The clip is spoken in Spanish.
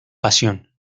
pasión